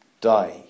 die